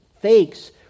fakes